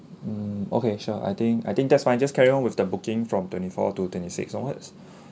okay sure I think I think that's fine just carry on with the booking from twenty fourth to twenty sixth onwards